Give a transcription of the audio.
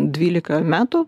dvylika metų